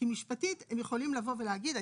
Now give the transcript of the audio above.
כי משפטית הם יכולים לבוא ולהגיד,